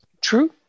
True